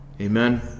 Amen